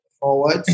forward